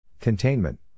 Containment